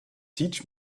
teach